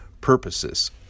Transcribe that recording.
purposes